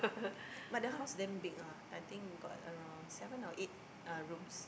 but the house damn big ah I think got around seven or eight uh rooms